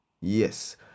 Yes